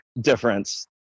Difference